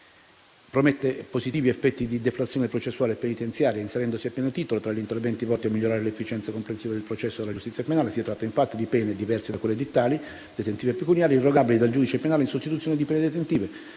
promette positivi effetti di deflazione processuale e penitenziaria, inserendosi a pieno titolo tra gli interventi volti a migliorare l'efficienza complessiva del processo e della giustizia penale. Si tratta infatti di pene diverse da quelle edittali (detentive e pecuniarie), irrogabili dal giudice penale in sostituzione di quelle detentive,